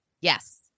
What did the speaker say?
yes